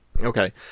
Okay